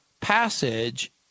passage